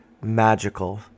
magical